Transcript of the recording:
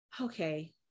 okay